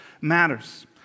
matters